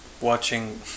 watching